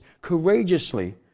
courageously